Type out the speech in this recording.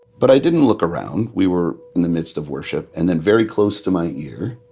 but i didn't look around. we were in the midst of worship. and then very close to my ear,